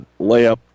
layup